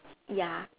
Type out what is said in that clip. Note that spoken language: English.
ya